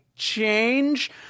change